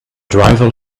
driver